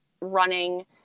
running